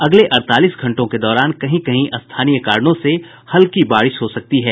अगले अड़तालीस घंटों के दौरान कहीं कहीं स्थानीय कारणों से हल्की बारिश हो सकती है